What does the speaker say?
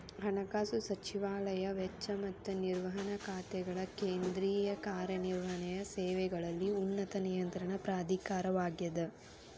ಹಣಕಾಸು ಸಚಿವಾಲಯ ವೆಚ್ಚ ಮತ್ತ ನಿರ್ವಹಣಾ ಖಾತೆಗಳ ಕೇಂದ್ರೇಯ ಕಾರ್ಯ ನಿರ್ವಹಣೆಯ ಸೇವೆಗಳಲ್ಲಿ ಉನ್ನತ ನಿಯಂತ್ರಣ ಪ್ರಾಧಿಕಾರವಾಗ್ಯದ